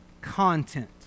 content